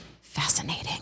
Fascinating